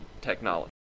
technology